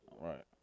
Right